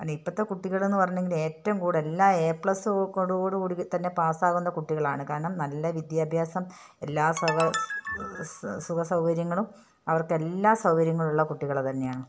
ഇപ്പോഴത്തെ കുട്ടികളെന്ന് പറഞ്ഞെങ്കിൽ ഏറ്റവും കൂടുതൽ എല്ലാ എ പ്ലസോടു കൂടി തന്നെ പാസ്സാകുന്ന കുട്ടികളാണ് കാരണം നല്ല വിദ്യാഭ്യാസം എല്ലാ സുഖ സൗകര്യങ്ങളും അവർക്ക് എല്ലാ സൗകര്യങ്ങളുമുള്ള കുട്ടികൾ തന്നെയാണ്